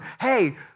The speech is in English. hey